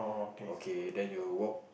okay then you walk